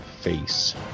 face